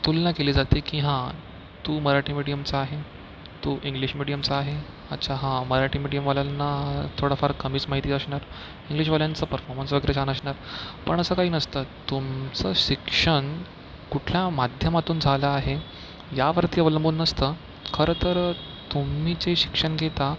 तुलना केली जाते की हां तू मराठी मिडीयमचा आहे तू इंग्लिश मिडीयमचा आहे अच्छा हां मराठी मिडीयमवाल्यांना थोडंफार कमीच माहिती असणार इंग्लिशवाल्यांचा परफॉर्मंस वगैरे छान असणार पण असं काही नसतं तुमचं शिक्षण कुठल्या माध्यमातून झालं आहे यावरती अवलंबून नसतं खरंतर तुम्ही जे शिक्षण घेता